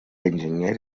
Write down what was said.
enginyer